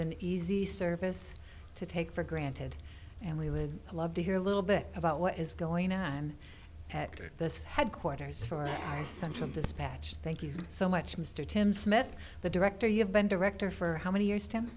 an easy service to take for granted and we would love to hear a little bit about what is going on at this headquarters for our central dispatch thank you so much mr tim smith the director you've been director for how many years ten